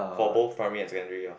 for both primary and secondary ah